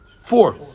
four